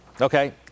okay